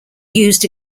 used